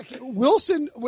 Wilson